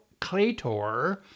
Claytor